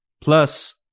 Plus